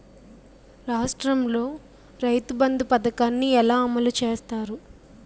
రాష్ట్రంలో రైతుబంధు పథకాన్ని ఎలా అమలు చేస్తారు?